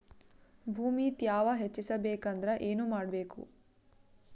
ಭೂಮಿ ತ್ಯಾವ ಹೆಚ್ಚೆಸಬೇಕಂದ್ರ ಏನು ಮಾಡ್ಬೇಕು?